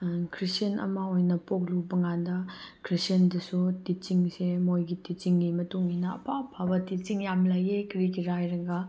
Christian ꯑꯃ ꯑꯣꯏꯅ ꯄꯣꯛꯂꯨꯕ ꯀꯥꯟꯗ ꯈ꯭ꯔꯤꯁꯇꯤꯌꯥꯟꯗꯁꯨ ꯇꯤꯆꯤꯡꯁꯦ ꯃꯣꯏꯒꯤ ꯇꯤꯆꯤꯡꯒꯤ ꯃꯇꯨꯡ ꯏꯟꯅ ꯑꯐ ꯑꯐꯕ ꯇꯤꯆꯤꯡ ꯌꯥꯝ ꯂꯩꯌꯦ ꯀꯔꯤꯒꯤꯔ ꯍꯥꯏꯔꯒ